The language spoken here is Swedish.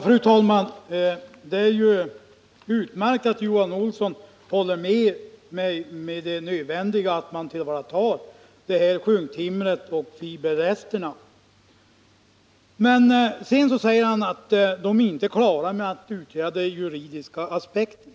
Fru talman! Det är ju utmärkt att Johan Olsson håller'med mig om det nödvändiga i att man tillvaratar sjunktimret och fiberresterna. Men sedan säger Johan Olsson att man inte är klar då det gäller att utreda de juridiska aspekterna.